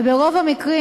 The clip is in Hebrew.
וברוב המקרים,